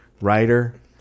writer